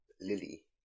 Lily